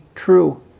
True